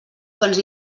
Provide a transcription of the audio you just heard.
quants